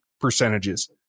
percentages